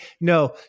No